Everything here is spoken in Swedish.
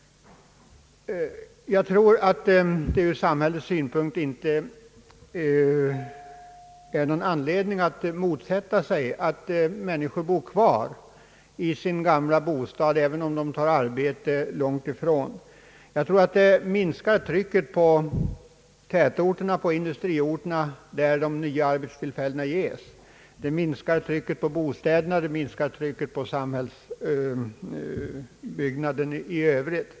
Jag tror att det från samhällets synpunkt inte finns någon anledning att motsätta sig att människor bor kvar i sin gamla bostad, även om de har arbete långt därifrån. Jag tror att det minskar trycket på industriorterna, där de nya arbetstillfällena ges. Det minskar trycket på bostadsbehovet, det minskar trycket på samhällsbyggnaden i övrigt.